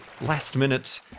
last-minute